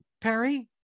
Perry